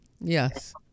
Yes